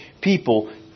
people